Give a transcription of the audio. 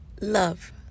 Love